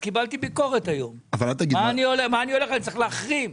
קיבלתי היום ביקורת על שאני הולך וכי אני צריך להחרים.